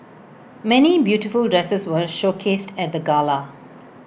many beautiful dresses were showcased at the gala